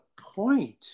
point